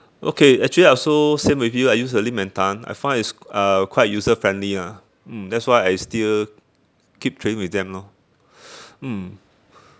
okay actually I also same with you I use the lim and tan I find it's uh quite user friendly lah mm that's why I still keep trading with them lor mm